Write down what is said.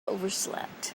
overslept